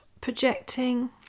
projecting